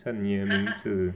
像你的名字